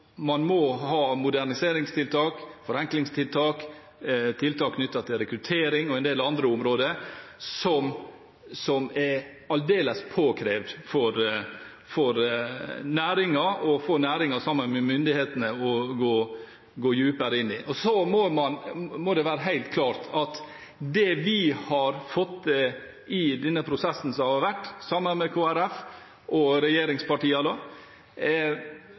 man må ha moderniseringstiltak, forenklingstiltak, tiltak knyttet til rekruttering og en del andre områder, som er aldeles påkrevd for næringen, og man må få næringen, sammen med myndighetene, til å gå dypere inn i dette. Så må det være helt klart at det vi har fått til i denne prosessen som har vært, sammen med Kristelig Folkeparti og